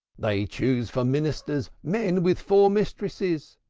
they choose for ministers men with four mistresses,